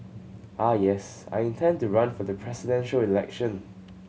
ah yes I intend to run for the Presidential Election